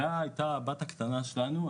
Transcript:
אלה הייתה הבת הקטנה שלנו,